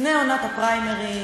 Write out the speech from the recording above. לפני עונת הפריימריז,